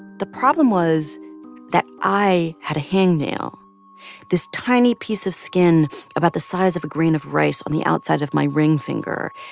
the problem was that i had a hangnail this tiny piece of skin about the size of a grain of rice on the outside of my ring finger.